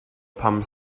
pan